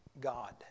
God